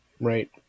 Right